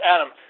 Adam